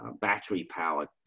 battery-powered